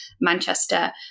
Manchester